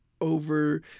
over